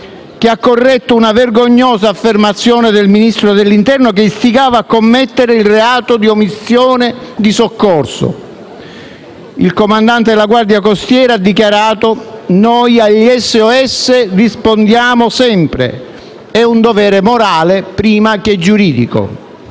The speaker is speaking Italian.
che ha corretto una vergognosa affermazione del Ministro dell'interno che istigava a commettere il reato di omissione di soccorso. Il comandante della Guardia costiera ha dichiarato: noi agli SOS rispondiamo sempre, è un dovere morale prima che giuridico.